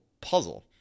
puzzle